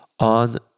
on